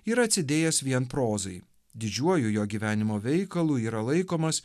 yra atsidėjęs vien prozai didžiuoju jo gyvenimo veikalu yra laikomas